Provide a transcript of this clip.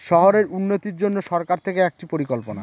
শহরের উন্নতির জন্য সরকার থেকে একটি পরিকল্পনা